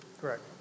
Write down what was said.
Correct